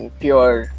pure